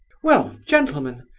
well, gentlemen!